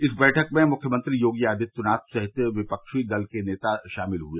इस बैठक में मुख्यमंत्री योगी आदित्यनाथ सहित विपक्षी दल के नेता शामिल हुए